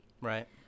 Right